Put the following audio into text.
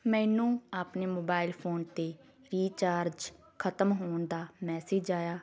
ਮੈਨੂੰ ਆਪਣੇ mobile phone 'ਤੇ ਰੀਚਾਰਜ ਖਤਮ ਹੋਣ ਦਾ ਮੈਸਿਜ ਆਇਆ